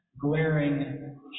glaring